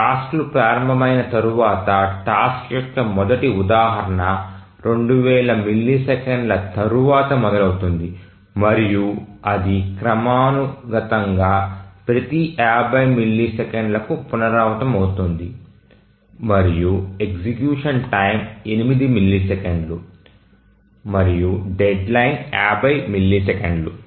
టాస్క్లు ప్రారంభమైన తర్వాత టాస్క్ యొక్క మొదటి ఉదాహరణ 2000 మిల్లీసెకన్ల తర్వాత మొదలవుతుంది మరియు అది క్రమానుగతంగా ప్రతి 50 మిల్లీసెకన్లకు పునరావృతమవుతుంది మరియు ఎగ్జిక్యూషన్ టైమ్ 8 మిల్లీసెకన్లు మరియు డెడ్లైన్ 50 మిల్లీసెకన్లు